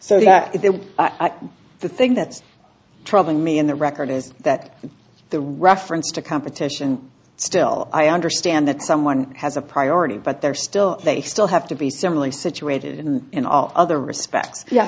that the thing that's troubling me in the record is that the reference to competition still i understand that someone has a priority but they're still they still have to be similarly situated in in all other respects ye